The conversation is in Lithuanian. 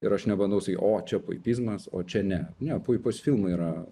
ir aš nebandau sakyt o čia puipizmas o čia ne ne puipos filmai yra